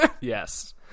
Yes